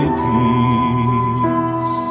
peace